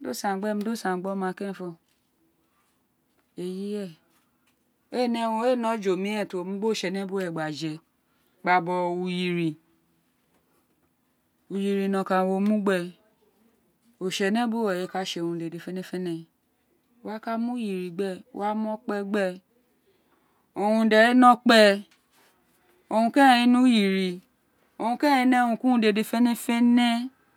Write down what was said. do san gbemi do san gbi oma keren fo eyi ren ee ne urnu éè ne oje omiren tí wo mu gbi oritse ne buwe gba je gba gbọgho uyiri ayiri no kan wo mu gbe oritsene bu we owun re kã tse urun dèdé fenefene wo wa ka mu uyiri gbe wa mo okpe gbe owun de re nẽ uyiri owun keren owun re ne urun ku uma dede fénè fénè.